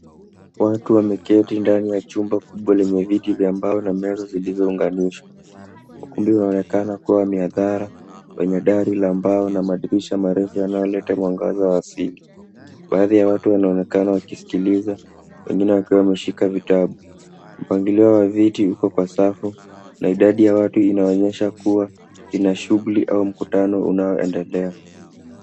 Watu wameketi ndani ya chumba kubwa lenye viti vya mbao na meza zilizounganishwa. Ukumbi unaonekana kuwa wa mihadhara wenye dari la mbao na madirisha marefu yanayoleta mwangaza wa asili. Baadhi ya watu wanaonekana wakisikiliza, wengine wakiwa wameshika vitabu. Mpangilio wa vitu uko kwa safi na idadi ya watu inaonyesha kuwa ina shughuli au mkutano unaoendelea.